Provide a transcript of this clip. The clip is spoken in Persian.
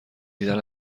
دیدن